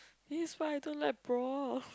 this is why I don't like brawl